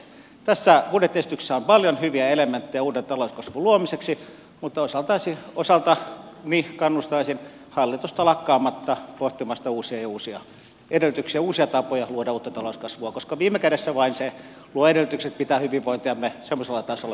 tässä budjettiesityksessä on paljon hyviä elementtejä uuden talouskasvun luomiseksi mutta osaltani kannustaisin hallitusta lakkaamatta pohtimaan uusia ja uusia edellytyksiä uusia tapoja luoda uutta talouskasvua koska viime kädessä vain se luo edellytykset pitää hyvinvointiamme semmoisella tasolla mitä toivomme